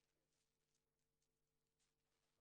אנחנו דנים היום בוועדה לפניות הציבור בעניין טיסות אל על בערבי שבת,